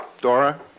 Dora